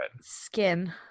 Skin